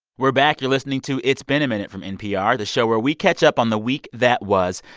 we're back. you're listening to it's been a minute from npr, the show where we catch up on the week that was.